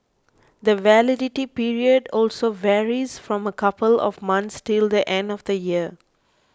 the validity period also varies from a couple of months till the end of the year